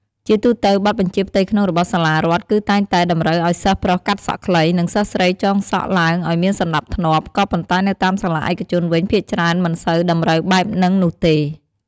ជាទូទៅ បទបញ្ជាផ្ទៃក្នុងរបស់សាលារដ្ខ គឺតែងតែតម្រូវអោយសិស្សប្រុសកាត់សក់ខ្លី និងសិស្សស្រីចងសក់ឡើងអោយមានសណ្តាប់ធ្នាប់ ក៏ប៉ុន្តែនៅតាមសាលាឯកជនវិញភាគច្រើនមិនសូវតម្រូវបែបនិងនោះទេ។